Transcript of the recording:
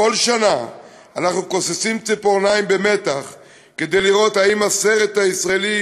בכל שנה אנחנו כוססים ציפורניים במתח כדי לראות אם הסרט הישראלי